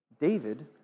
David